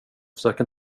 försöker